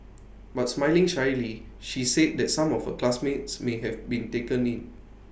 but smiling shyly she said that some of her classmates may have been taken in